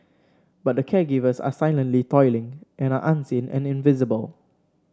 but the caregivers are silently toiling and are unseen and invisible